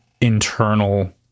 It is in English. internal